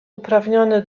uprawnione